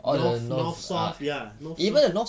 north north south ya north south